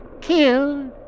killed